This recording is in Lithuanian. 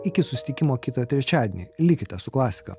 iki susitikimo kitą trečiadienį likite su klasika